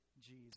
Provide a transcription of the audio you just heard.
Jesus